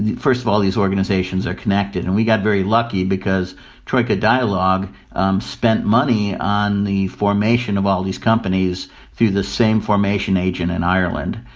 first of all these organizations are connected. and we got very lucky because troika dialog um spent money on the formation of all these companies through the same formation agent in ireland.